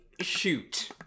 shoot